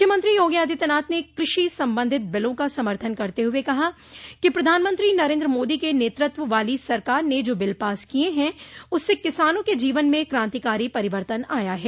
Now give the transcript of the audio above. मुख्यमंत्री योगी आदित्यनाथ ने कृषि संबंधित बिलों का समर्थन करते हुए कहा कि प्रधानमंत्री नरेन्द्र मोदी के नेतृत्व वाली सरकार ने जो बिल पास किये हैं उससे किसानों के जीवन में क्रांतिकारी परिवर्तन आया है